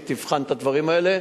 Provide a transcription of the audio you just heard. שתבחן את הדברים האלה.